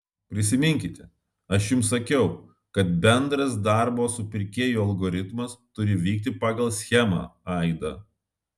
prisiminkite aš jums sakiau kad bendras darbo su pirkėju algoritmas turi vykti pagal schemą aida